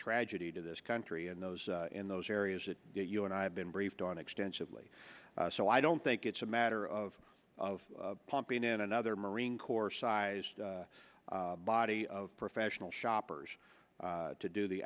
tragedy to this country and those in those areas that you and i have been briefed on extensively so i don't think it's a matter of of pumping in another marine corps sized body of professional shoppers to do the